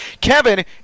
Kevin